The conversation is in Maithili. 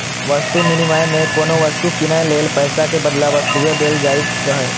वस्तु विनिमय मे कोनो वस्तु कीनै लेल पैसा के बदला वस्तुए देल जाइत रहै